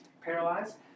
paralyzed